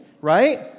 right